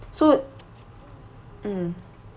so mm